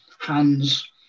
hands